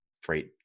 freight